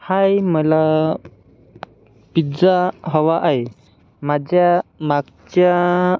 हाय मला पिज्जा हवा आय माज्ज्या मागच्या